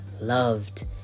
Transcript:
loved